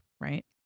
right